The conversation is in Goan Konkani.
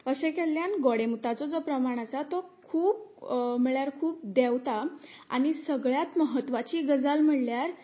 अशें केल्ल्यान गोडे मुताचो जो प्रमाण आसा तो खूब म्हळ्यार खूब देंवता आनी सगळ्यांत म्हत्वाची गजाल म्हळ्यार